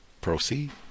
proceed